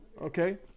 Okay